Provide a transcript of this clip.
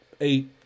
Eight